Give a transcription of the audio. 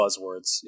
buzzwords